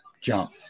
jump